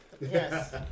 Yes